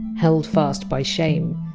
held fast by shame,